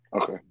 Okay